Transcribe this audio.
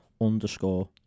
underscore